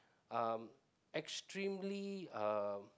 um extremely uh